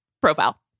profile